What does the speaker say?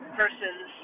persons